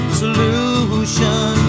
solution